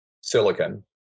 silicon